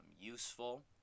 useful